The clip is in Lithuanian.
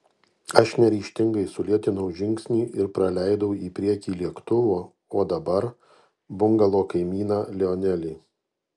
aš neryžtingai sulėtinau žingsnį ir praleidau į priekį lėktuvo o dabar bungalo kaimyną lionelį